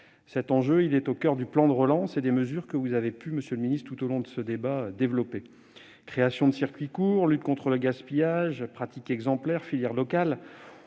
Cet enjeu est au coeur du plan de relance et des mesures que vous avez pu, monsieur le ministre, tout au long de ce débat, exposer : création de circuits courts et lutte contre le gaspillage, pratiques exemplaires et filières locales.